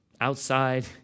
outside